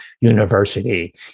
University